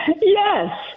yes